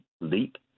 leap